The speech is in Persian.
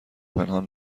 پنهان